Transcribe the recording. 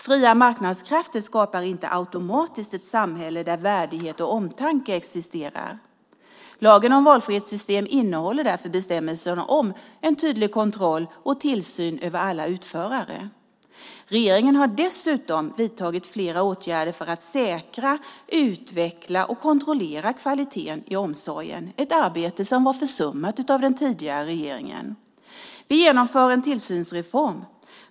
Fria marknadskrafter skapar inte automatiskt ett samhälle där värdighet och omtanke existerar. Lagen om valfrihetssystem innehåller därför bestämmelser om en tydlig kontroll och tillsyn över alla utförare. Regeringen har dessutom vidtagit flera åtgärder för att säkra, utveckla och kontrollera kvaliteten i omsorgen, ett arbete som var försummat av den tidigare regeringen. För det första genomför vi en tillsynsreform.